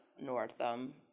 Northam